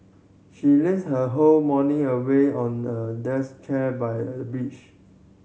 she lazed her whole morning away on a chair by a beach